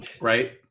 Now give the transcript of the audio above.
Right